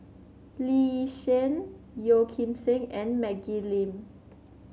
Lee Yi Shyan Yeo Kim Seng and Maggie Lim